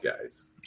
guys